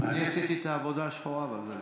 אני עשיתי את העבודה השחורה, אבל זה בזכותו.